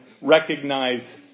recognize